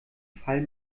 fall